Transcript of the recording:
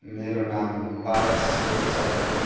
मेरो नाम पारस लेप्चा हो